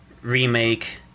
remake